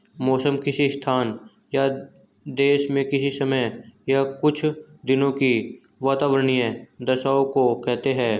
मौसम किसी स्थान या देश में किसी समय या कुछ दिनों की वातावार्नीय दशाओं को कहते हैं